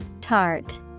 tart